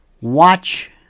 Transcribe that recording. Watch